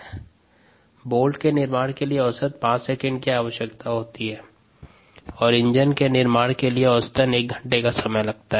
bolt के निर्माण के लिए औसत 5 सेकंड की आवश्यकता होती है और इंजन के निर्माण के लिए औसतन एक घंटे का समय लगता है